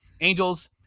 Angels